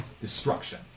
destruction